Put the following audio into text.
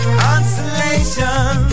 consolation